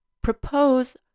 propose